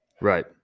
Right